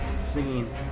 singing